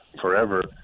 forever